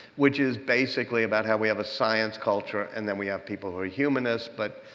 which is basically about how we have a science culture and then we have people who are humanists. but